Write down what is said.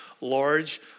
large